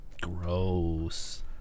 Gross